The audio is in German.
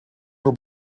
nur